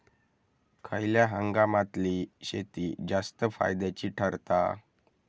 खयल्या हंगामातली शेती जास्त फायद्याची ठरता?